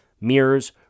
mirrors